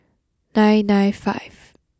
nine nine five